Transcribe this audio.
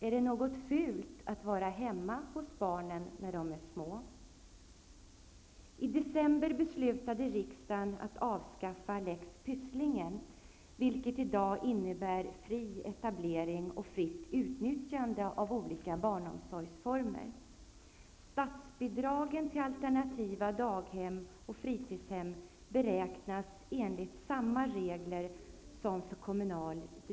Är det någonting fult kanske?